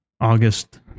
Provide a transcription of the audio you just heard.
August